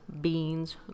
beans